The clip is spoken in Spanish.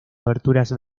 aberturas